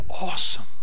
awesome